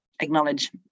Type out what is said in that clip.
acknowledge